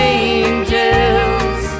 angels